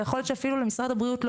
ויכול להיות שאפילו למשרד הבריאות לא